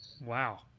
Wow